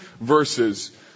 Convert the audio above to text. verses